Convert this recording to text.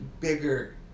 bigger